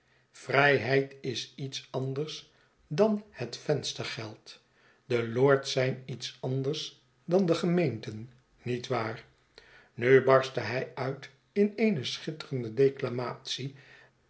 vrijheid is iets anders dan het venstergeld de lords zijn iets anders dan de gemeenten niet waar nu barstte hij uit in eene schitterende declamatie